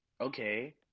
Okay